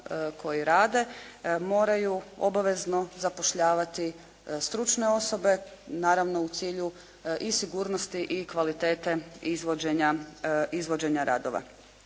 koji rade moraju obavezno zapošljavati stručne osobe, naravno u cilju i sigurnosti i kvalitete izvođenja radova.